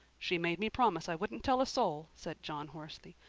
she made me promise i wouldn't tell a soul, said john hoarsely.